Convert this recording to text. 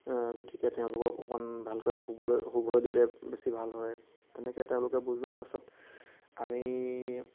গতিকে তেওঁলোকক অকণ ভালকৈ শুবলৈ শুবলৈ দিলে বেছি ভাল হয় তেনেকৈ তেওঁলোকে বুজোৱাৰ পাছত আমি